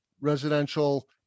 residential